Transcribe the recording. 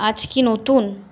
আজ কি নতুন